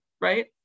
right